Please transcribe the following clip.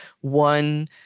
one